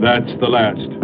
that's the last